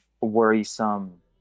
worrisome